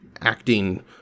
acting